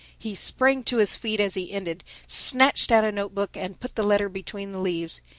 he sprang to his feet as he ended, snatched out a note-book and put the letter between the leaves.